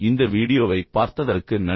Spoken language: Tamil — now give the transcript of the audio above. இந்த வீடியோவைப் பார்த்ததற்கு நன்றி